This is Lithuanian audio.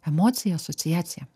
emociją asociaciją